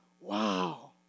Wow